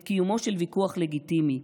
את קיומו של ויכוח לגיטימי.